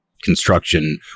construction